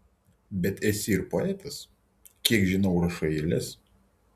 bet esi ir poetas kiek žinau rašai eiles